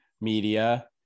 media